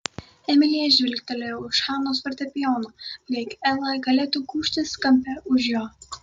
emilija žvilgtelėjo už hanos fortepijono lyg ela galėtų gūžtis kampe už jo